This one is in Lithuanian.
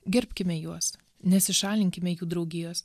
gerbkime juos nesišalinkime jų draugijos